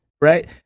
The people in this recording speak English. Right